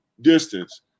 distance